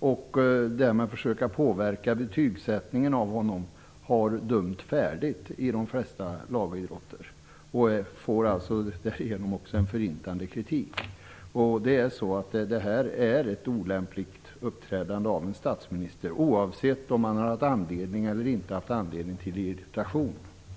för att försöka påverka betygsättningen av honom, har dömt färdigt i de flesta lagidrotter. Därigenom skulle han också få en förintande kritik. Detta är ett olämpligt uppträdande av en statsminister, oavsett om han hade anledning till irritation eller inte.